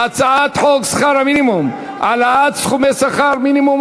הצעת חוק שכר מינימום (העלאת סכומי שכר מינימום,